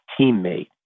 teammate